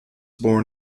born